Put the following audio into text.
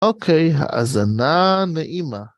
אוקיי, האזנה נעימה.